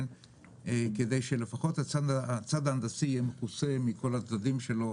כדי שלפחות החלק ההנדסי יהיה מכוסה מכל הצדדים שלו,